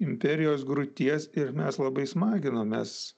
imperijos griūties ir mes labai smaginomės